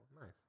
Nice